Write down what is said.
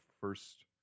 first